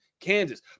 Kansas